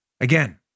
Again